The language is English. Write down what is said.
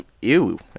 ew